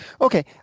Okay